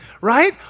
Right